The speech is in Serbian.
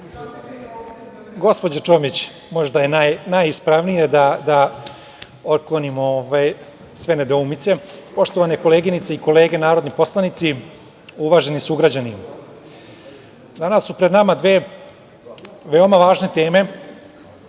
gospođo Čomić, možda je najispravnije, da otklonimo sve nedoumice. Poštovane koleginice i kolege narodni poslanici, uvaženi sugrađani, danas su pred nama dve veoma važne teme